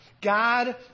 God